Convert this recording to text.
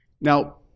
Now